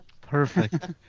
Perfect